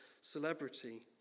celebrity